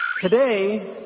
Today